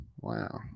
Wow